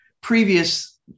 previous